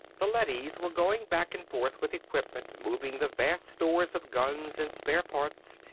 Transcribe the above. the leadys were going back and forth with equipment moving the vast stores of guns and spare parts,